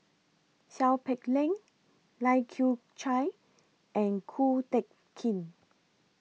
Seow Peck Leng Lai Kew Chai and Ko Teck Kin